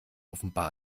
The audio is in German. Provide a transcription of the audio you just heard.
offenbar